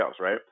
right